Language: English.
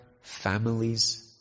families